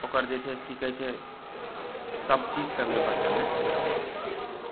ओकर जे छै से की कहै छै सब चीजके भी ओकर जाननाइ जरुरी छै